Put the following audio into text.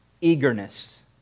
eagerness